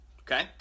okay